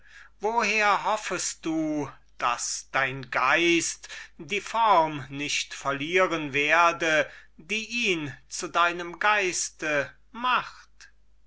woher hoffest du daß dein geist die form nicht verlieren werde die ihn zu deinem geiste macht